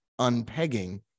unpegging